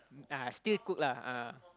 ah still cook lah ah